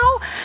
now